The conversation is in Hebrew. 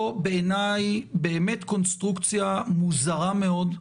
בעיניי, זו באמת קונסטרוקציה מוזרה מאוד.